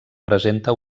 presenta